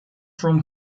from